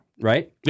Right